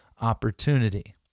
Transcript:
opportunity